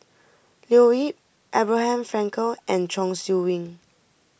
Leo Yip Abraham Frankel and Chong Siew Ying